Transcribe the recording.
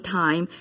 time